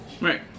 Right